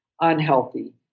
unhealthy